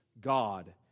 God